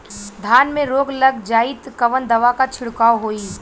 धान में रोग लग जाईत कवन दवा क छिड़काव होई?